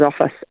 office